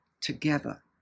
together